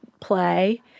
play